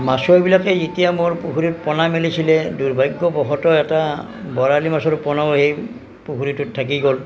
মাছুৱৈবিলাকে যেতিয়া মোৰ পুখুৰীত পোনা মেলিছিলে দুৰ্ভাগ্যৱশতঃ এটা বৰালি মাছৰ পোনা এই পুখুৰীটোত থাকি গ'ল